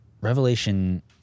Revelation